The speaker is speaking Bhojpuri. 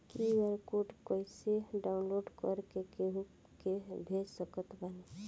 क्यू.आर कोड कइसे डाउनलोड कर के केहु के भेज सकत बानी?